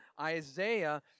Isaiah